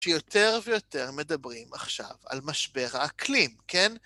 שיותר ויותר מדברים עכשיו על משבר האקלים, כן?